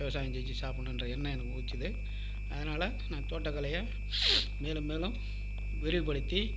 விவசாயம் செஞ்சு சாப்பிட்ணுன்ற எண்ணம் எனக்கு உதித்தது அதனால் நான் தோட்டக்கலையை மேலும் மேலும் விரிவுபடுத்தி